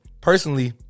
personally